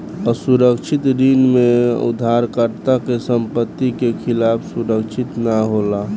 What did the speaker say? असुरक्षित ऋण में उधारकर्ता के संपत्ति के खिलाफ सुरक्षित ना होला